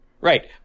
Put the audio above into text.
Right